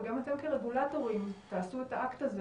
וגם אתם כרגולטורים תעשו את האקט הזה